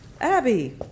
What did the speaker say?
Abby